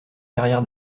carrière